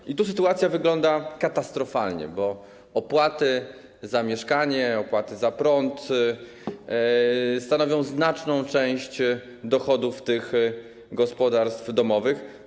I tu sytuacja wygląda katastrofalnie, bo opłaty za mieszkanie, opłaty za prąd stanowią znaczną część dochodów tych gospodarstw domowych.